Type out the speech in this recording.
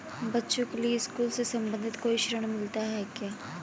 बच्चों के लिए स्कूल से संबंधित कोई ऋण मिलता है क्या?